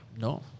No